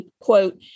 quote